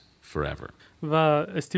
forever